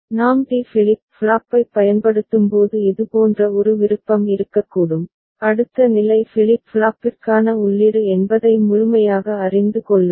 நாம் D flip ஃப்ளாப்பைப் பயன்படுத்தும்போது இதுபோன்ற ஒரு விருப்பம் இருக்கக்கூடும் அடுத்த நிலை ஃபிளிப் ஃப்ளாப்பிற்கான உள்ளீடு என்பதை முழுமையாக அறிந்து கொள்ளுங்கள்